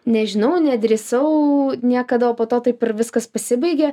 nežinau nedrįsau niekada o po to taip ir viskas pasibaigė